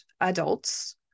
adults